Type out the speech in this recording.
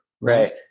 right